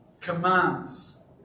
commands